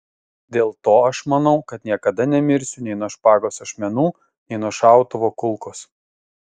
dėl to aš manau kad niekada nemirsiu nei nuo špagos ašmenų nei nuo šautuvo kulkos